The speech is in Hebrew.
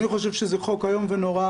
אני חושב שזה חוק איום ונורא.